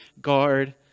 guard